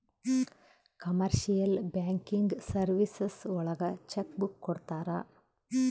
commercial banking services ಒಳಗ cheque book ಕೊಡ್ತಾರ